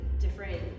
different